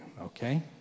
Okay